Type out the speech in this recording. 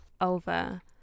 over